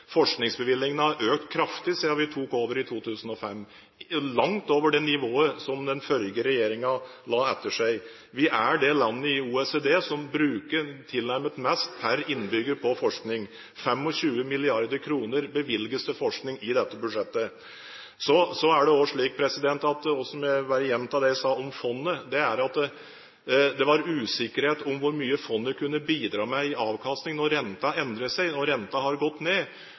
har økt kraftig siden vi tok over i 2005, langt over nivået som den forrige regjeringen la igjen. Vi er det landet i OECD som bruker tilnærmet mest per innbygger på forskning. 25 mrd. kr bevilges til forskning i dette budsjettet. Så er det også slik – jeg vil bare gjenta det jeg sa om fondet – at det var usikkert hvor mye fondet kunne bidra med i avkastning når renten endret seg. Renten har gått ned.